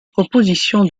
proposition